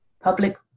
public